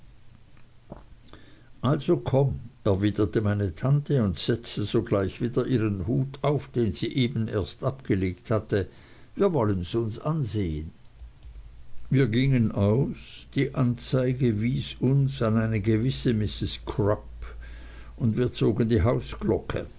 also komm erwiderte meine tante und setzte sogleich wieder ihren hut auf den sie eben erst abgelegt hatte wir wollens uns ansehen wir gingen aus die anzeige wies uns an eine gewisse mrs crupp und wir zogen die